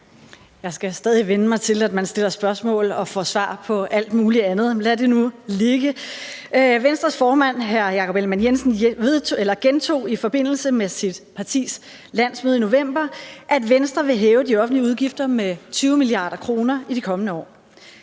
Jeg skal stadig vende mig til, at man, når man stiller spørgsmål, får svar på alt muligt andet, men lad det nu ligge. Venstres formand, hr. Jakob Ellemann-Jensen, gentog i forbindelse med sit partis landsmøde i november, at Venstre vil hæve de offentlige udgifter med 20 mia. kr. i de kommende år.